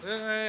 כן.